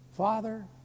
Father